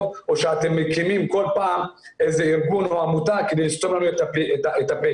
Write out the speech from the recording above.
או כשאתם מקימים כל פעם איזה ארגון או עמותה כדי לסתום לנו את הפה.